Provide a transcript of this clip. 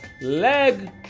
leg